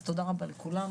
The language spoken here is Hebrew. אז תודה רבה לכולם.